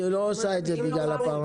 היא לא עושה את זה בגלל הפרנסה,